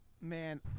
man